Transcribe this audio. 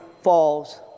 falls